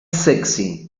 sexy